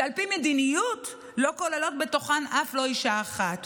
שעל פי מדיניות לא כוללות בתוכן אף לא אישה אחת.